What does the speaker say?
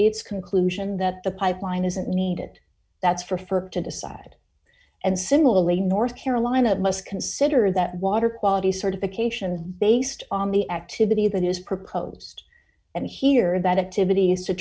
its conclusion that the pipeline isn't needed that's for fur to decide and similarly north carolina must consider that water quality certification based on the activity that is proposed and hear about activities to